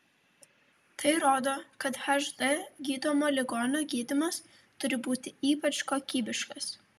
tai rodo kad hd gydomo ligonio gydymas turi būti ypač kokybiškas